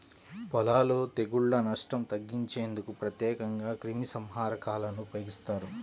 పొలాలలో తెగుళ్ల నష్టం తగ్గించేందుకు ప్రత్యేకంగా క్రిమిసంహారకాలను ఉపయోగిస్తారు